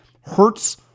hurts